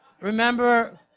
remember